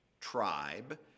tribe